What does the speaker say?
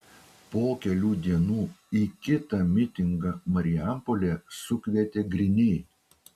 po kelių dienų į kitą mitingą marijampolėje sukvietė griniai